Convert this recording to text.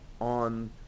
on